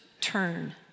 turn